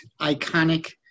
iconic